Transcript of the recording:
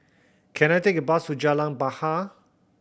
can I take a bus to Jalan Bahar